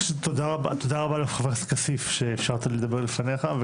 תודה רבה לחבר הכנסת כסיף שאפשרת לי לדבר לפניך,